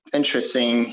interesting